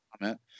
comment